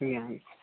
ଆଜ୍ଞା ଆଜ୍ଞା